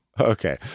okay